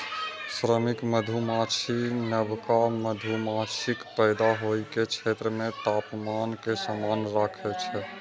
श्रमिक मधुमाछी नवका मधुमाछीक पैदा होइ के क्षेत्र मे तापमान कें समान राखै छै